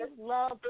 love